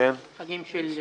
קריאה שנייה ושלישית.